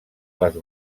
les